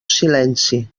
silenci